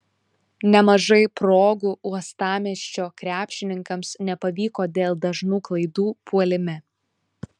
nemažai progų uostamiesčio krepšininkams nepavyko dėl dažnų klaidų puolime